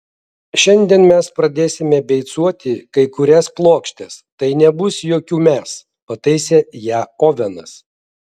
šiandien mes pradėsime beicuoti kai kurias plokštes tai nebus jokių mes pataisė ją ovenas